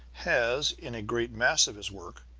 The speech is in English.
has, in a great mass of his work,